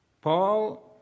Paul